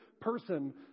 person